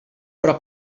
però